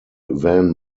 van